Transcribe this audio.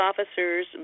officers